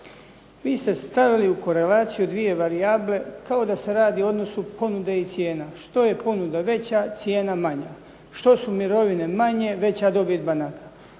Vi ste stavili u korelaciju dvije varijable kao da se radi o odnosu ponude i cijena, što je ponuda veća cijena manja, što su mirovine manje veća dobit banaka.